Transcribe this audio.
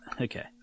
Okay